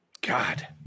God